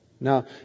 Now